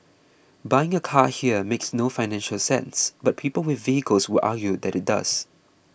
buying a car here makes no financial sense but people with vehicles will argue that it does